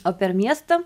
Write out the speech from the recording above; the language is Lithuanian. o per miestą